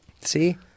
See